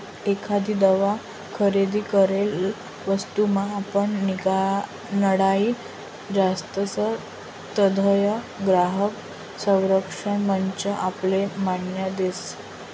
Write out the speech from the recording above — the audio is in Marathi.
एखादी दाव खरेदी करेल वस्तूमा आपण नाडाई जातसं तधय ग्राहक संरक्षण मंच आपले न्याय देस